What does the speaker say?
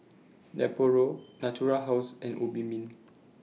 Nepro Natura House and Obimin